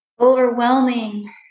overwhelming